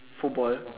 football